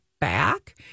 back